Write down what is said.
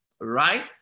right